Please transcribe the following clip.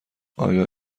آیا